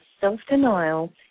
self-denial